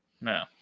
No